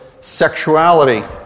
sexuality